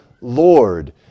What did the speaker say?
Lord